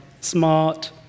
smart